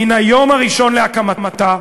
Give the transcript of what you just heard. מן היום הראשון להקמתה,